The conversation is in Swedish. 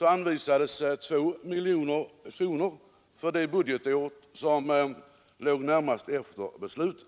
anvisades 2 miljoner kronor för det budgetår som låg närmast efter beslutet.